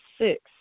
six